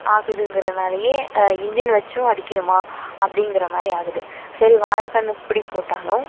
ஆகுதுங்கிறதுனாலேயே இன்ஜீனை வைச்சும் அடிக்கணுமா அப்படிங்கிற மாதிரி ஆகுது சரி வாழைக்கன்னு இப்படி போட்டாலும்